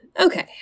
Okay